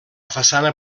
façana